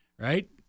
right